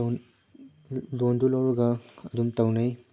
ꯂꯣꯟꯗꯨ ꯂꯧꯔꯒ ꯑꯗꯨꯝ ꯇꯧꯅꯩ